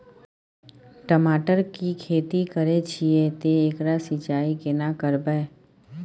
टमाटर की खेती करे छिये ते एकरा सिंचाई केना करबै?